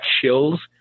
chills